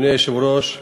אדוני היושב-ראש,